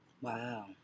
Wow